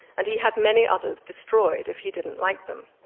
and he had many other destroyed if he didn't like them.